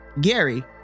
Gary